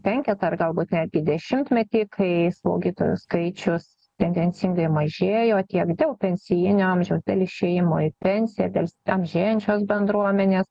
penketą ar galbūt netgi dešimtmetį kai slaugytojų skaičius tendencingai mažėjo tiek dėl pensijinio amžiaus dėl išėjimo į pensiją dėl amžėjančios bendruomenės